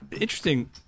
interesting